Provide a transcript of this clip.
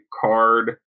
card